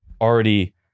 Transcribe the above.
already